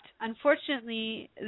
unfortunately